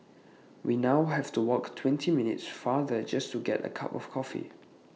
we now have to walk twenty minutes farther just to get A cup of coffee